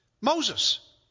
Moses